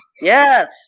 Yes